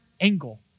angle